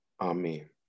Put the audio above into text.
Amen